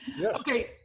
Okay